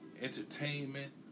Entertainment